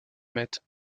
mettre